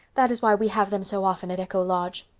that is why we have them so often at echo lodge.